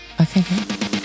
Okay